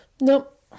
Nope